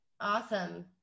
Awesome